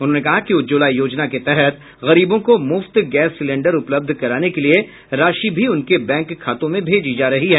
उन्होंने कहा कि उज्ज्वला योजना के तहत गरीबों को मुफ्त गैस सिलेंडर उपलब्ध कराने के लिए राशि भी उनके बैंक खातों में भेजी जा रही है